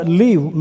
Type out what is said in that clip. leave